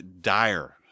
dire